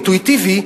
אינטואיטיבי,